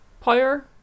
power